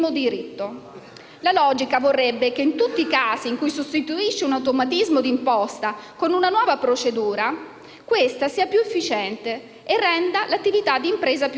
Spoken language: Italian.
La logica vorrebbe che, in tutti i casi in cui sostituisce un automatismo d'imposta con una nuova procedura, questa sia più efficiente e renda l'attività di impresa più facile.